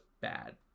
bad